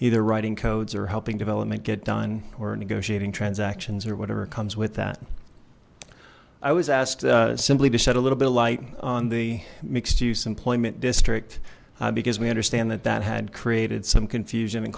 either writing codes or helping development get done or negotiating transactions or whatever comes with that i was asked simply to shed a little bit light on the mixed use employment district because we understand that that had created some confusion